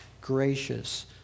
gracious